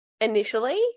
initially